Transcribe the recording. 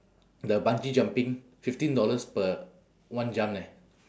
the bungee jumping fifteen dollars per one jump leh